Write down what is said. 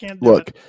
look